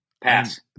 Pass